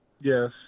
Yes